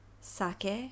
Sake